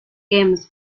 gamers